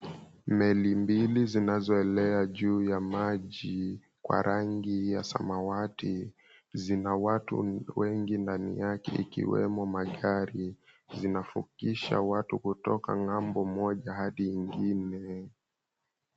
Meli mbili zinazoelea juu ya maji kwa rangi ya samawati zina watu wengi ndani yake, ikiwemo magari. Zinavukisha watu kutoka ng'ambo moja hadi ingine.